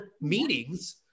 meetings